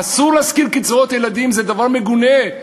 אסור להזכיר קצבאות ילדים, זה דבר מגונה.